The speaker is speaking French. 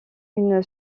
une